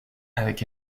avec